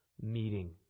meeting